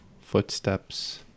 Footsteps